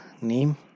name